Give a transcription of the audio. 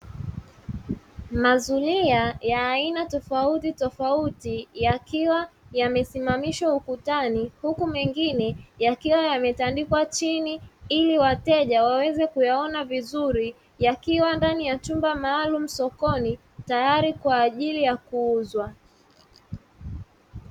Mazulia ya aina tofautitofauti yakiwa yamesimamishwa ukutani, huku mengine yakiwa yametandikwa chini ili wateja waweze kuyaona vizuri yakiwa ndani ya chumba maalumu sokoni tayari kwa ajili ya kuuzwa.